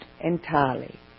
entirely